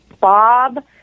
Bob